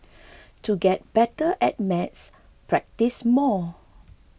to get better at maths practise more